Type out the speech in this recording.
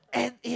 and it